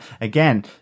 again